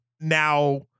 now